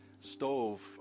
stove